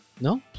No